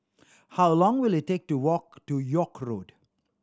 how long will it take to walk to York Road